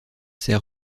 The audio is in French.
ces